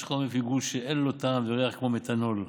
יש חומר פיגול שאין לו טעם וריח, כמו מתנול.